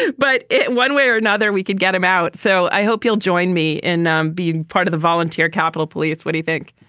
but one way or another, we could get him out. so i hope you'll join me in um being part of the volunteer capitol police. what do you think?